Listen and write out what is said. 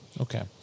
Okay